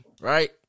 Right